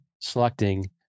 selecting